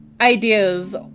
ideas